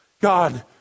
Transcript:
God